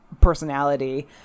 personality